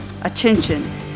ATTENTION